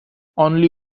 only